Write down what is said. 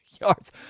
yards